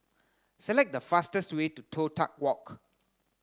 select the fastest way to Toh Tuck Walk